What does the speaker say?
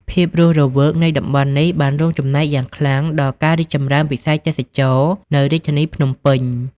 ភាពរស់រវើកនៃតំបន់នេះបានរួមចំណែកយ៉ាងខ្លាំងដល់ការរីកចម្រើនវិស័យទេសចរណ៍នៅរាជធានីភ្នំពេញ។